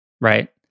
right